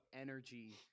energy